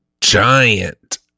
giant